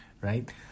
right